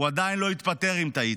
הוא עדיין לא התפטר, אם תהית,